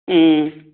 ꯎꯝ